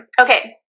Okay